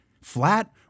Flat